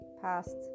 past